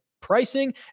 pricing